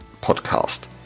podcast